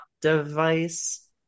device